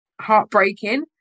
heartbreaking